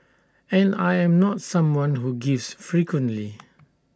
and I am not someone who gives frequently